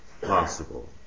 possible